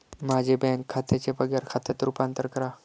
माझे बँक खात्याचे पगार खात्यात रूपांतर करा